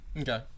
Okay